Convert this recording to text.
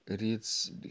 Reads